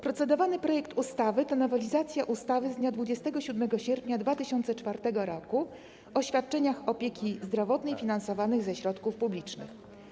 Procedowany projekt ustawy to nowelizacja ustawy z dnia 27 sierpnia 2004 r. o świadczeniach opieki zdrowotnej finansowanych ze środków publicznych.